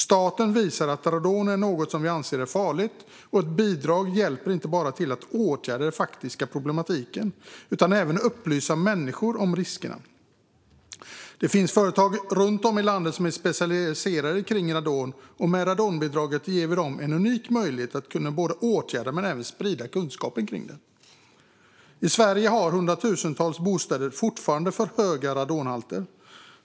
Staten visar att radon är något som vi anser är farligt, och ett bidrag hjälper inte bara till att åtgärda den faktiska problematiken utan även att upplysa människor om riskerna. Det finns företag runt om i landet som är specialiserade på radon. Med radonbidraget ger vi dem en unik möjlighet att åtgärda men även sprida kunskapen kring radon. I Sverige har hundratusentals bostäder fortfarande för höga radonhalter.